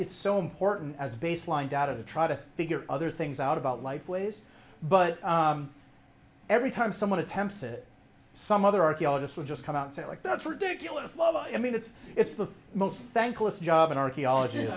it's so important as a baseline data to try to figure other things out about life ways but every time someone attempts it some other archaeologists will just come outside like that's ridiculous i mean it's it's the most thankless job in archaeolog